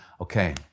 okay